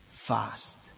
Fast